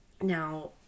Now